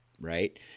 right